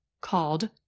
called